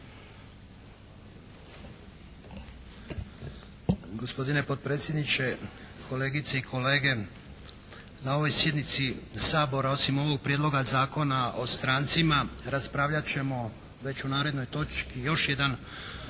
Gospodine potpredsjedniče, kolegice i kolege. Na ovoj sjednici Sabora osim ovog Prijedloga zakona o strancima raspravljat ćemo već u narednoj točci još jedan